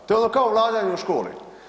To je ono kao vladanje u školi.